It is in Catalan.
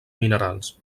minerals